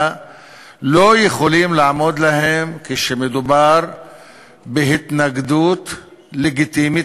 לא יכולים לעמוד להם כשמדובר בהתנגדות לגיטימית,